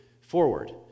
forward